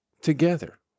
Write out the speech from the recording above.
together